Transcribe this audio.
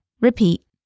repeat